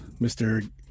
Mr